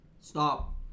Stop